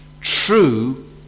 true